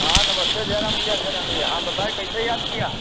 हाँ नमस्ते जय राम भएइया जय राम भएइया हाँ बताएँ कैसे याद किया